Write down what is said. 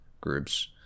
groups